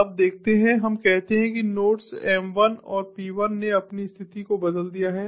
अब देखते हैं हम कहते हैं कि नोड्स M1 और P1 ने अपनी स्थिति को बदल दिया है